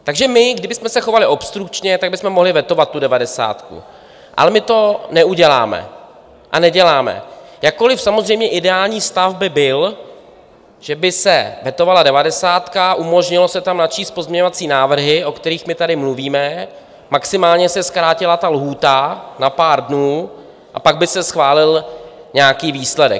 Takže my kdybychom se chovali obstrukčně, tak bychom mohli vetovat tu devadesátku, ale my to neuděláme a neděláme, jakkoliv samozřejmě ideální stav by byl, že by se vetovala devadesátka a umožnily se tam načíst pozměňovací návrhy, o kterých tady mluvíme, maximálně se zkrátila ta lhůta na pár dnů a pak by se schválil nějaký výsledek.